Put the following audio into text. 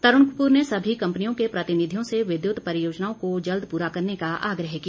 तरुण कपूर ने सभी कंपनियों के प्रतिनिधियों से विद्युत परियोजनाओं को जल्द पूरा करने का आग्रह किया